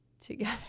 together